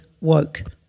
woke